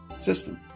system